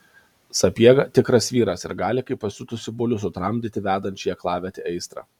sapiega tikras vyras ir gali kaip pasiutusį bulių sutramdyti vedančią į aklavietę aistrą